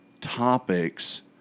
topics